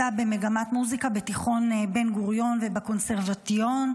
היא למדה במגמת מוזיקה בתיכון בן-גוריון ובקונסרבטוריון,